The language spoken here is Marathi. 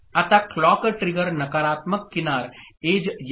आता क्लॉक ट्रिगर नकारात्मक किनार एज येईल